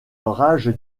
rage